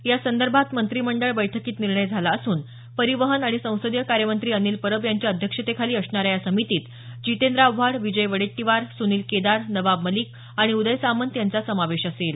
यासंदर्भात मंत्रीमंडळ बैठकीत निर्णय झाला असून परिवहन आणि संसदीय कार्य मंत्री अनिल परब यांच्या अध्यक्षतेखाली असणाऱ्या या समितीत जितेंद्र आव्हाड विजय वडेट्टीवार सुनिल केदार नवाब मलिक आणि उदय सामंत यांचा समावेश असेल